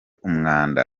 umwanda